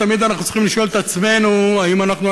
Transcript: ותמיד אנחנו צריכים לשאול את עצמנו אם אנחנו